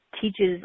teaches